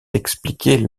expliquer